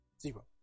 zero